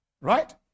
Right